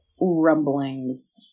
rumblings